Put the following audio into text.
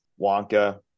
Wonka